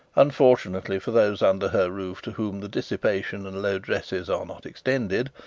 unfortunately for those under her roof to whom the dissipation and low dresses are not extended,